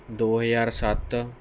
ਦੋ ਹਜ਼ਾਰ ਸੱਤ